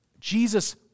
Jesus